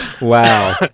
Wow